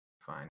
Fine